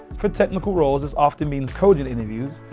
for technical roles, this often means coding interviews,